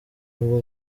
bwo